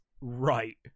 Right